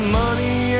money